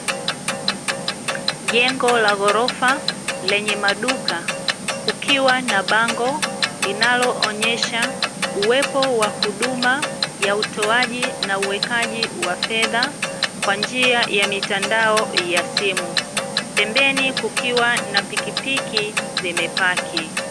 Jengo la ghorofa lenye maduka, kukiwa na bango linaloonyesha uwepo wa huduma ya utoaji na uwekaji wa fedha, kwa njia ya mitandao ya simu, pembeni kukiwa na pikipiki zimepaki.